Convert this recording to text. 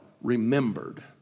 remembered